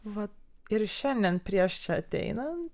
vat ir šiandien prieš ateinant